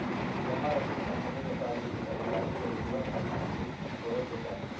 जमा रसीद कंपनी के प्राधिकृत अधिकारी से विधिवत हस्ताक्षरित होबय के चाही